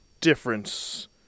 difference